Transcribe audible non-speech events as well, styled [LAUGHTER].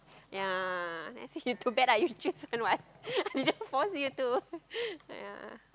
ya then I say [LAUGHS] you too bad lah you choose one what I didn't force you to [LAUGHS] ya